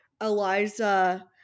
Eliza